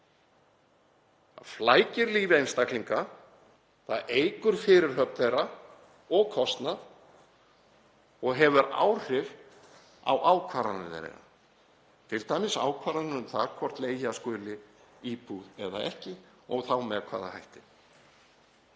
Það flækir líf einstaklinga, það eykur fyrirhöfn þeirra og kostnað og hefur áhrif á ákvarðanir, t.d. ákvarðanir um það hvort leigja skuli íbúð eða ekki og þá með hvaða hætti.